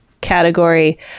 category